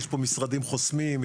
יש פה משרדים חוסמים,